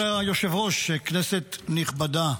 אדוני היושב-ראש, כנסת נכבדה,